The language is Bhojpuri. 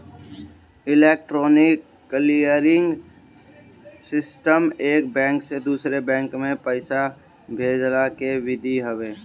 इलेक्ट्रोनिक क्लीयरिंग सिस्टम एक बैंक से दूसरा बैंक में पईसा भेजला के विधि हवे